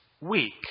weak